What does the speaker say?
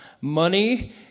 money